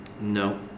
No